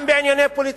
גם בענייני פוליטיקה.